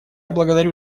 благодарю